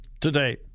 today